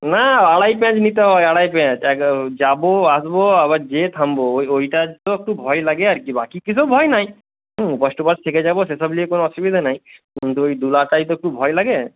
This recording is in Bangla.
না আড়াই প্যাঁচ নিতে হয় আড়াই প্যাঁচ এক যাবো আসবো আবার যেয়ে থামবো ওইটা একটু একটু ভয় লাগে আর কি বাকি কিছু ভয় নাই কষ্ট পাক থেকে যাবো সেসব লিয়ে কোনো অসুবিধা নাই কিন্তু ওই দুলাটাই তো একটু ভয় লাগে